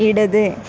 ഇടത്